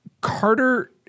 Carter